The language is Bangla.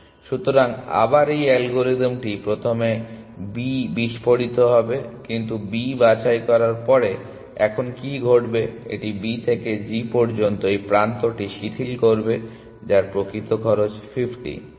সুতরাং আবার এই অ্যালগরিদমটি প্রথমে B বিস্ফোরিত হবে কিন্তু B বাছাই করার পরে এখন কি ঘটবে এটি B থেকে g পর্যন্ত এই প্রান্তটি শিথিল করবে যার প্রকৃত খরচ 50